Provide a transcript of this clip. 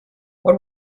what